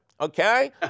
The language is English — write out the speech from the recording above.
okay